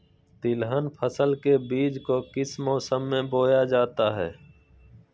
तिलहन फसल के बीज को किस मौसम में बोया जाता है?